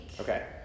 Okay